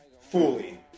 Fully